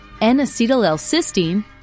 N-acetyl-L-cysteine